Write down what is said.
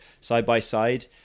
side-by-side